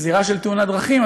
זירה של תאונת דרכים,